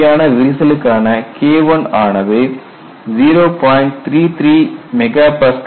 உண்மையான விரிசலுக்கான KI ஆனது 0